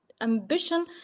ambition